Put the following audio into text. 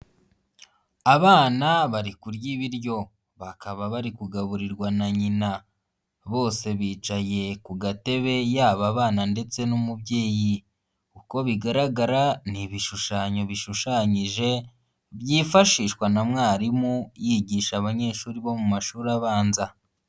Abana bari kurya ibiryo bakaba bari kugaburirwa na nyina bose bicaye ku gatebe yaba abana ndetse n'umubyeyi, uko bigaragara n'ibishushanyo bishushanyije byifashishwa na mwarimu yigisha abanyeshuri bo mu mashuri abanza.